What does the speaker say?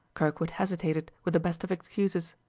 kirkwood hesitated with the best of excuses.